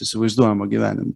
įsivaizduojamą gyvenimą